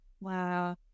wow